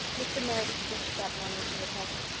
mr. meredith preached that morning from the text,